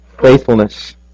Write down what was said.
faithfulness